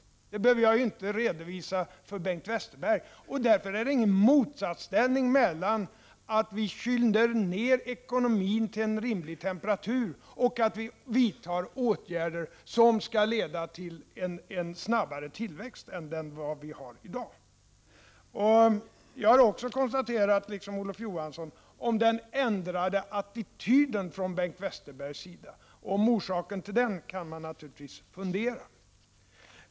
Detta behöver jag inte redovisa för Bengt Westerberg. Därför är det ingen motsatsställning mellan att vi kyler ner ekonomin till en rimlig temperatur och att vi vidtar åtgärder som skall leda till en snabbare tillväxt än den vi har i dag. Jag har, liksom Olof Johansson, konstaterat den ändrade attityden från Bengt Westerbergs sida. Om orsaken till den kan man naturligtvis fundera.